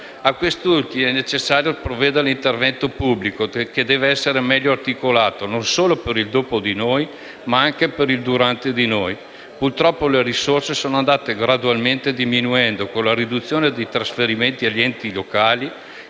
A questi ultimi è necessario che provveda l'intervento pubblico, che deve essere meglio articolato, e non solo per il "dopo di noi", ma anche per il "durante noi". Purtroppo le risorse sono andate gradualmente diminuendo con la riduzione dei trasferimenti agli enti locali,